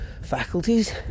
faculties